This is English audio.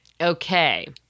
Okay